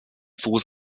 falls